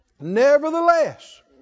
Nevertheless